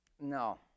No